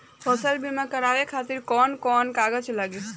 फसल बीमा करावे खातिर कवन कवन कागज लगी?